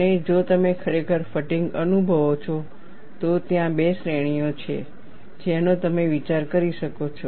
અને જો તમે ખરેખર ફટીગ અનુભવો છો તો ત્યાં બે શ્રેણીઓ છે જેનો તમે વિચાર કરી શકો છો